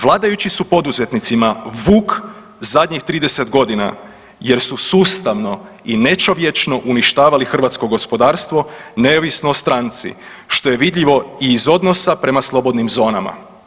Vladajući su poduzetnicima vuk zadnjih 30 godina jer su sustavno i nečovječno uništavali hrvatsko gospodarstvo neovisno o stranci, što je vidljivo i iz odnosa prema slobodnim zonama.